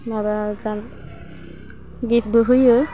माबा जा गिफ्तबो होयो